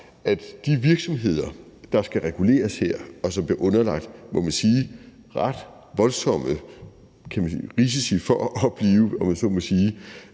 at de virksomheder, der skal reguleres her, og som bliver underlagt ret voldsomme, må man sige, risici for at blive,